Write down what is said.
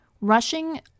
Rushing